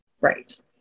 Right